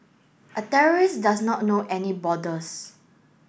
a terrorist does not know any borders